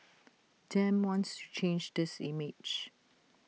Dem wants to change this image